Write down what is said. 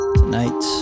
tonight